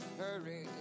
hurry